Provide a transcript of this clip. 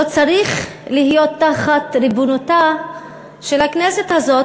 לא צריך להיות תחת ריבונותה של הכנסת הזאת,